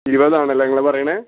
ഇരുപതാണല്ലേ നിങ്ങൾ പറയുന്നത്